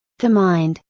the mind,